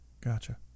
gotcha